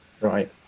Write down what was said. Right